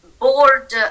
board